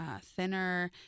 thinner